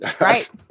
Right